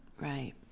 right